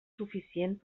suficient